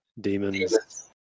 Demons